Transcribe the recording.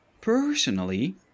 Personally